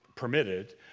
permitted